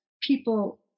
people